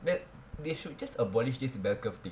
that they should just abolish this bell curve thing